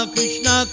Krishna